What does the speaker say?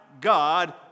God